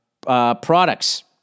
products